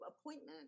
appointment